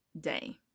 day